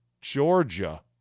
Georgia